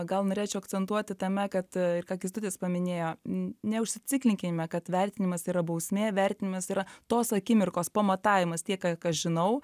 gal norėčiau akcentuoti tame kad ką kęstutis paminėjo ne neužsiciklinkime kad vertinimas yra bausmė vertinimas yra tos akimirkos pamatavimas tiek kiek aš žinau